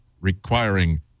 requiring